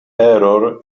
error